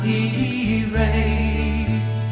erase